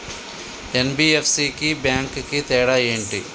NBFC కి bank కి తేడా ఏంటి?